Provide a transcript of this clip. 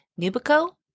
Nubico